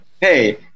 hey